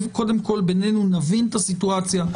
וקודם כל בינינו נבין את הסיטואציה,